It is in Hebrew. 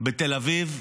בתל אביב,